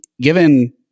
given